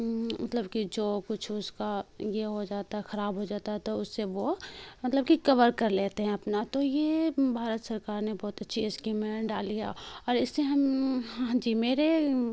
مطلب کہ جو کچھ اس کا یہ ہو جاتا ہے خراب ہو جاتا ہے تو اس سے وہ مطلب کہ کور کر لیتے ہیں اپنا تو یہ بھارت سرکار نے بہت اچھی اسکیمیں ڈالی ہے اور اس سے ہم ہاں جی میرے